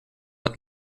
het